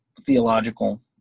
theological